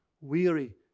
weary